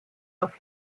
auf